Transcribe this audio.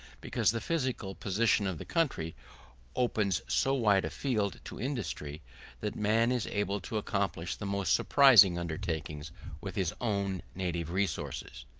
because the physical position of the country opens so wide a field to industry that man is able to accomplish the most surprising undertakings with his own native resources.